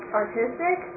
artistic